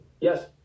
yes